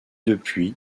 depuis